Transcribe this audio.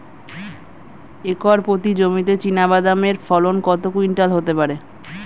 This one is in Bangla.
একর প্রতি জমিতে চীনাবাদাম এর ফলন কত কুইন্টাল হতে পারে?